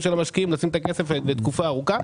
של המשקיעים לשים את הכסף לתקופה ארוכה.